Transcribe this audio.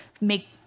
make